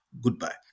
Goodbye